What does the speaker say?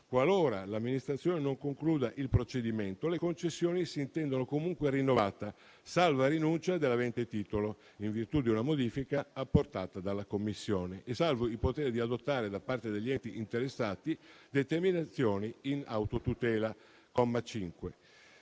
Qualora l'amministrazione non concluda il procedimento, le concessioni si intendono comunque rinnovate, salvo rinuncia dell'avente titolo, in virtù di una modifica apportata dalla Commissione e salvo il potere di adottare da parte degli enti interessati determinazioni in autotutela